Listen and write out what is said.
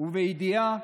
ובידיעה